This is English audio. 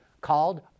called